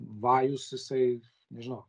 vajus jisai nežinau